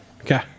Okay